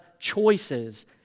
choices